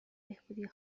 بهبودی